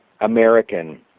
American